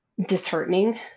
Disheartening